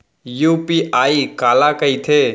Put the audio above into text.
UPI काला कहिथे?